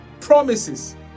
promises